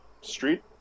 Street